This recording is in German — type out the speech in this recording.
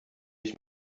ich